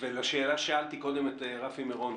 ולשאלה ששאלתי קודם את רפי מירון,